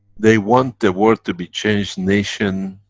they want the world to be changed nation,